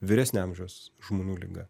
vyresnio amžiaus žmonių liga